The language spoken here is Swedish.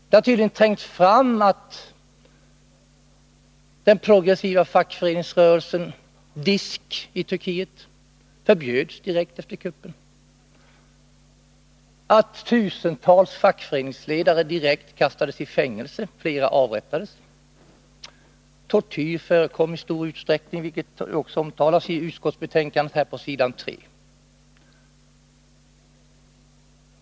Det har tydligen trängt fram att den progressiva fackföreningsrörelsen DISK i Turkiet förbjöds direkt efter kuppen, att tusentals fackföreningsledare direkt kastades i fängelse eller avrättades. Tortyr förekom i stor utsträckning, vilket också omtalas på s. 3 i utskottsbetänkandet.